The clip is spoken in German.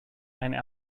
einen